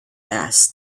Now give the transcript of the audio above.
asked